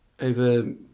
over